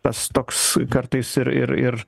tas toks kartais ir ir ir